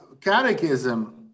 catechism